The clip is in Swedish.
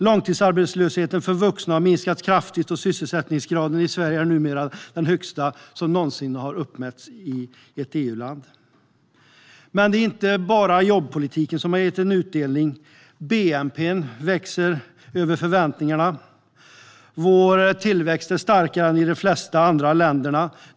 Långtidsarbetslösheten för vuxna har minskat kraftigt, och sysselsättningsgraden i Sverige är numera den högsta som någonsin har uppmätts i ett EU-land. Det är dock inte enbart jobbpolitiken som gett utdelning. Bnp växer över förväntan. Vår tillväxt är starkare än i de flesta andra länder.